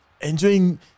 enjoying